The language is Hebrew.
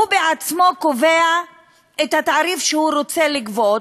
הוא בעצמו קובע את התעריף שהוא רוצה לגבות,